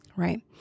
Right